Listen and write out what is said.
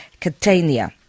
Catania